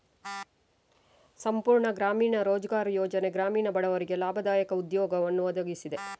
ಸಂಪೂರ್ಣ ಗ್ರಾಮೀಣ ರೋಜ್ಗಾರ್ ಯೋಜನೆ ಗ್ರಾಮೀಣ ಬಡವರಿಗೆ ಲಾಭದಾಯಕ ಉದ್ಯೋಗವನ್ನು ಒದಗಿಸಿದೆ